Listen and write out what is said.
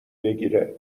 بگیره